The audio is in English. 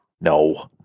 No